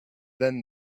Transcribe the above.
then